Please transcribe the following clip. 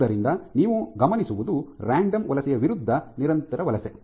ಆದ್ದರಿಂದ ನೀವು ಗಮನಿಸುವುದು ರಾಂಡಮ್ ವಲಸೆಯ ವಿರುದ್ಧ ನಿರಂತರ ವಲಸೆ